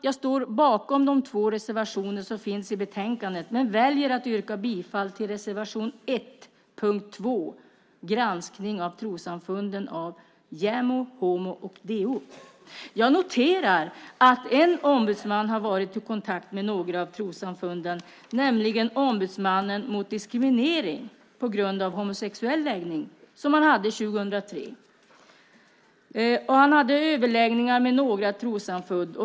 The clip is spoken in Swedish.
Jag står bakom de två reservationer som finns i betänkandet men väljer att yrka bifall till reservation 1, punkt 2, granskning av trossamfunden av JämO, HomO och DO. Jag noterar att en ombudsman har varit i kontakt med några av trossamfunden, nämligen Ombudsmannen mot diskriminering på grund av homosexuell läggning som man hade 2003. Han hade överläggningar med några trossamfund.